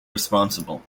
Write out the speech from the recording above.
responsible